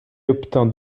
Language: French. obtint